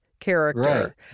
Character